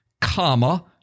comma